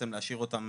להשאיר אותם